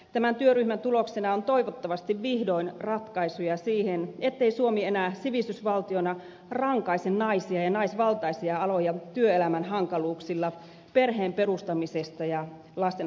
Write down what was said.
tämän työryhmän tuloksena on toivottavasti vihdoin ratkaisuja siihen ettei suomi enää sivistysvaltiona rankaise naisia ja naisvaltaisia aloja työelämän hankaluuksilla perheen perustamisesta ja lasten hankkimisesta